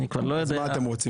מה אתם רוצים?